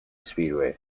speedway